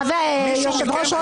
לא, סליחה, אתה שמעת